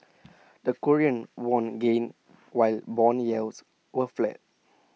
the Korean won gained while Bond yields were flat